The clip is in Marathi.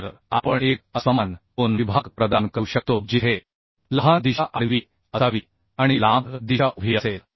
तर आपण एक असमान कोन विभाग प्रदान करू शकतो जिथे लहान दिशा आडवी असावी आणि लांब दिशा उभी असेल